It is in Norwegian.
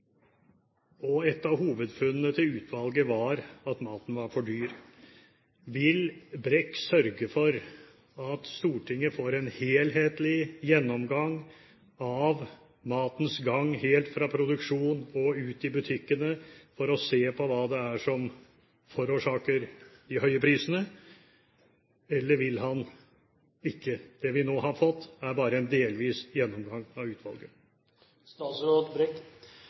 og et av hovedfunnene til utvalget er at maten er for dyr, vil statsråd Brekk sørge for at Stortinget får en helhetlig gjennomgang av matens gang, helt fra produksjon og ut i butikkene, for å se på hva det er som forårsaker de høye prisene, eller vil han ikke? Det vi nå har fått fra utvalget, er bare en delvis gjennomgang. Det som uomtvistelig ligger som en av